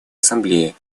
ассамблеи